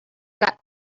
got